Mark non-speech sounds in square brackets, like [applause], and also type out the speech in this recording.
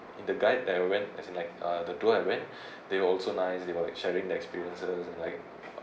in the guide that I went as in like uh the tour I went [breath] they were also nice they were like sharing their experiences and like uh